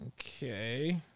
Okay